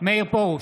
מאיר פרוש,